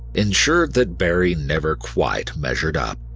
ensured that barrie never quite measured up.